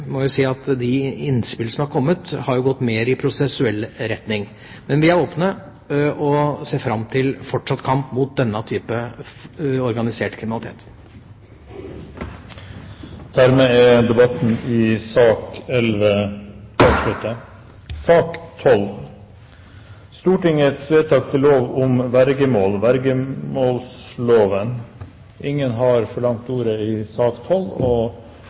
må jeg si at de innspill som er kommet, har gått mer i prosessuell retning. Men vi er åpne og ser fram til fortsatt kamp mot denne typen organisert kriminalitet. Dermed er debatten i sak nr. 11 avsluttet. Ingen har bedt om ordet.